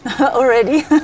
Already